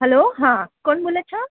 hello હા કોણ બોલો છો